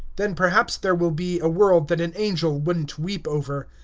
then perhaps there will be a world that an angel would n't weep over.